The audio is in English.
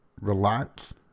relax